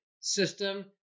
system